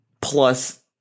plus